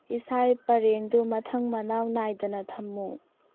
ꯏꯁꯥꯏ ꯄꯔꯦꯡꯗꯨ ꯃꯊꯪ ꯃꯅꯥꯎ ꯅꯥꯏꯗꯅ ꯊꯝꯎ